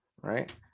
right